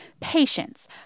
patience